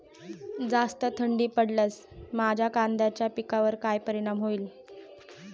जास्त थंडी पडल्यास माझ्या कांद्याच्या पिकावर काय परिणाम होईल?